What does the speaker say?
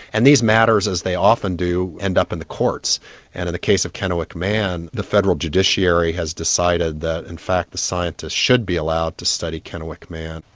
and these matters, as they often do, end up in the courts and in the case of kennewick man the federal judiciary has decided that in fact the scientists should be allowed to study kennewick man.